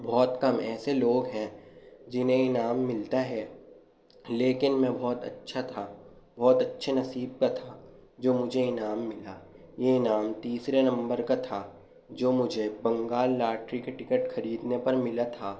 بہت کم ایسے لوگ ہیں جنہیں انعام ملتا ہے لیکن میں بہت اچھا تھا بہت اچھے نصیب کا تھا جو مجھے انعام ملا یہ انعام تیسرے نمبر کا تھا جو مجھے بنگال لاٹری کے ٹکٹ خریدنے پر ملا تھا